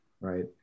right